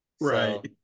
right